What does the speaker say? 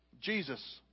Jesus